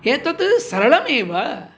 एतत् सरलमेव